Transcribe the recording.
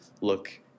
look